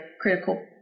critical